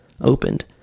opened